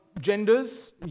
genders